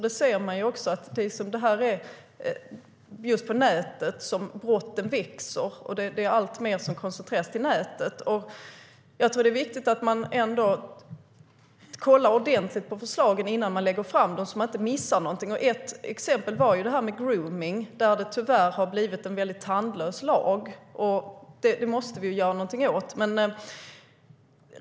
Det är just på nätet som brotten växer. Allt mer koncentreras till nätet. Det är viktigt att man kollar ordentligt på förslagen innan man lägger fram dem, så att man inte missar någonting. Ett exempel är gromning, där lagen tyvärr har blivit väldigt tandlös. Det måste vi göra någonting åt.